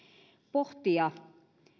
pohtia